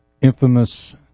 infamous